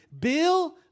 Bill